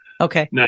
Okay